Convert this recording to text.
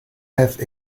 have